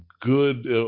good